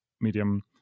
medium